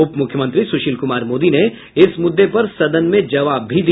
उप मुख्यमंत्री सुशील कुमार मोदी ने इस मुद्दे पर सदन में जवाब भी दिया